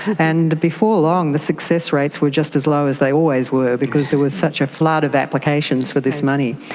and before long the success rates were just as low as they always were because there was such a flood of applications for this money.